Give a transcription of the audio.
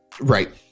Right